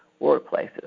workplaces